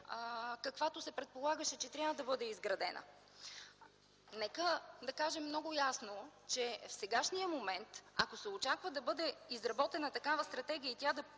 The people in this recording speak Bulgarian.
каквато се предполагаше, че трябва да бъде изградена. Нека да кажем много ясно, че в сегашния момент, ако се очаква да бъде изработена такава стратегия и тя да